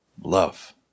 Love